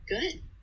good